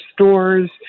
stores